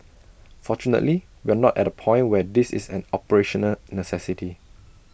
fortunately we are not at A point where this is an operational necessity